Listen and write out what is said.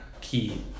key